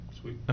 sweet